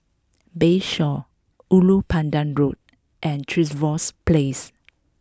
Bayshore Ulu Pandan Road and Trevose Place